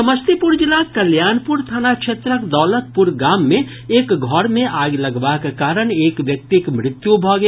समस्तीपुर जिलाक कल्याणपुर थाना क्षेत्रक दौलतपुर गाम मे एक घर मे आगि लगबाक कारण एक व्यक्तिक मृत्यु भऽ गेल